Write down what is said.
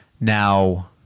Now